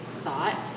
thought